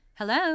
Hello